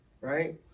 right